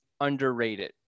underrated